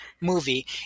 movie